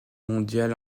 mondial